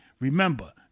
Remember